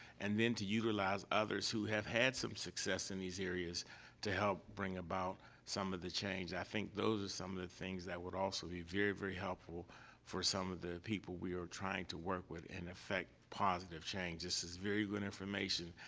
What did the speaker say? and then, to utilize others who have had some success in these areas to help bring about some of the change. i think those are some of the things that would also be very, very helpful for some of the people we are trying to work with and effect positive change. this is very good information.